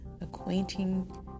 acquainting